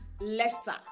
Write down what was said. lesser